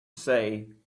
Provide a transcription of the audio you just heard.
say